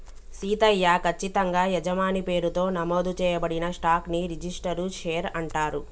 సీతయ్య, కచ్చితంగా యజమాని పేరుతో నమోదు చేయబడిన స్టాక్ ని రిజిస్టరు షేర్ అంటారు